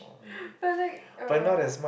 but like uh